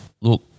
look